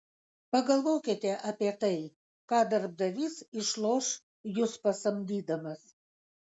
pagalvokite apie tai ką darbdavys išloš jus pasamdydamas